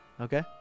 okay